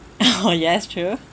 oh yes true